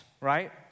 right